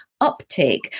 uptake